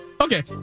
Okay